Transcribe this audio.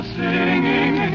singing